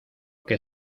que